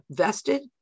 vested